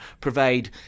provide